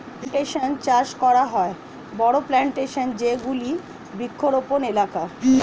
plantation চাষ করা হয় বড়ো প্লানটেশন এ যেগুলি বৃক্ষরোপিত এলাকা